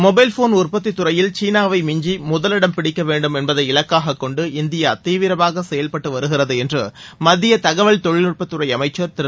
mobile phone உற்பத்தித் துறையில் சீனாவை மிஞ்சி முதலிடம் பிடிக்க வேண்டும் என்பதை இலக்காகக் கொண்டு இந்தியா தீவிரமாக செயல்பட்டு வருகிறது என்று மத்திய தகவல் தொழில் நுட்பத் துறை அமைச்சர் திரு